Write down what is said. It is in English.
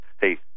hey